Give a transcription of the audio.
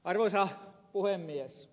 arvoisa puhemies